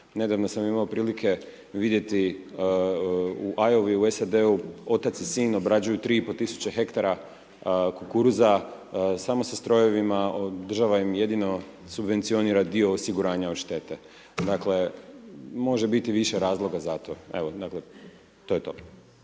Nedavno sam imao prilike vidjeti u Iowa-i u SAD-u, otac i sin obrađuju 3,5 tisuće hektara kukuruza samo sa strojevima, država im jedino subvencionira dio osiguranja od štete. Dakle, može biti više razloga za to. Evo, dakle to je to.